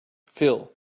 phil